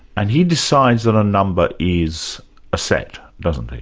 and he decides that a number is a set, doesn't he?